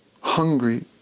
Hungry